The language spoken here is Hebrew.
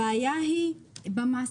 הבעיה היא במעסיקים.